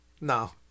No